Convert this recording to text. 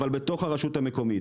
אבל בתוך הרשות המקומית.